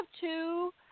two